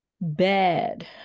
bad